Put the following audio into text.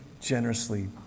generously